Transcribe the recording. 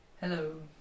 Hello